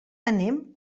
anem